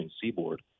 seaboard